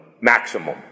maximum